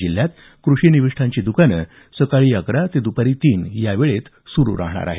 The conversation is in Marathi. जिल्ह्यात कृषी निविष्ठांची दुकानं सकाळी अकरा ते दुपारी तीन या वेळेत सुरू राहणार आहेत